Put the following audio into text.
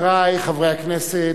אדוני השר בגין, חברי חברי הכנסת,